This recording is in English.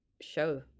show